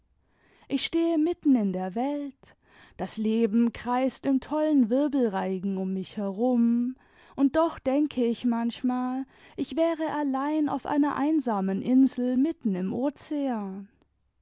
ich stehe mitten in der welt das leben kreist im tollen wirbelreigen um mich herum und doch denke ich manchmal ich wäre allein auf einer einsamen insel mitten im ozean